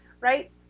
right